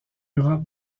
europe